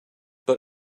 but